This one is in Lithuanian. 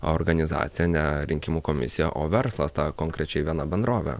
organizacija ne rinkimų komisija o verslas ta konkrečiai viena bendrovė